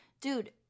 dude